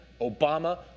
Obama